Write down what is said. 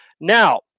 Now